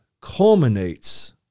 culminates